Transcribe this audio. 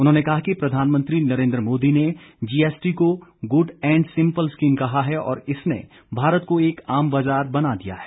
उन्होंने कहा कि प्रधानमंत्री नरेन्द्र मोदी ने जीएसटी को गुड एंड सिम्पल स्कीम कहा है और इसने भारत को एक आम बाजार बना दिया है